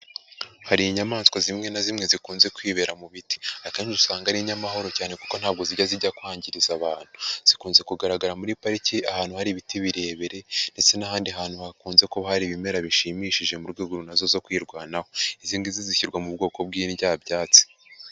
Hari inyamaswa zimwe na zimwe zikunze kwibera mu biti, akenshi usanga ari inyamahoro cyane kuko ntabwo zijya zijya kwangiriza abantu, zikunze kugaragara muri pariki ahantu hari ibiti birebire ndetse n'ahandi hantu hakunze kuba hari ibimera bishimishije mu rwego na zo zo kwirwanaho, izi ngizi zishyirwa mu bwoko bw'indyabyatsi.